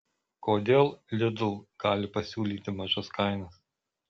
kodėl lidl gali pasiūlyti mažas kainas